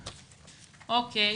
אוקיי,